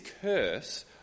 curse